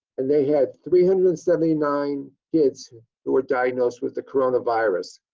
and they had three hundred and seventy nine kids who were diagnosed with the corona virus,